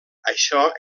això